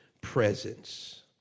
presence